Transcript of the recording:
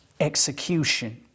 execution